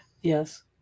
yes